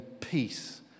peace